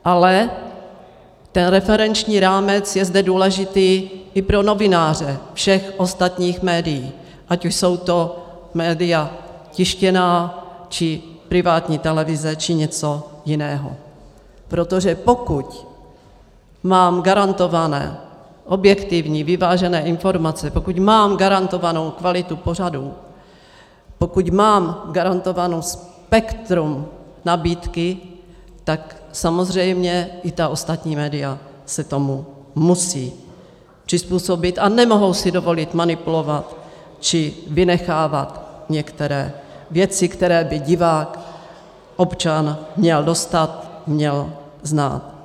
Ale ten referenční rámec je zde důležitý i pro novináře všech ostatních médií, ať už jsou to média tištěná, či privátní televize, či něco jiného, protože pokud mám garantovány objektivní, vyvážené informace, pokud mám garantovánu kvalitu pořadů, pokud mám garantováno spektrum nabídky, tak samozřejmě i ta ostatní média se tomu musí přizpůsobit a nemohou si dovolit manipulovat či vynechávat některé věci, které by divák, občan měl dostat, měl znát.